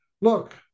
Look